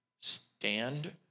Stand